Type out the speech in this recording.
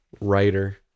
writer